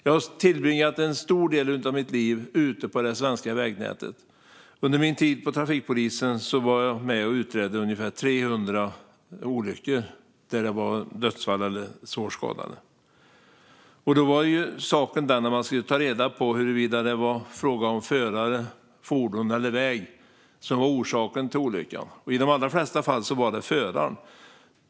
Jag har tillbringat en stor del av mitt liv ute i det svenska vägnätet. Under min tid vid trafikpolisen var jag med och utredde ungefär 300 olyckor med dödsfall eller svårt skadade. Då var saken den att man skulle ta reda på huruvida det var förare, fordon eller väg som var orsaken till olyckan, och i de allra flesta fall var det föraren.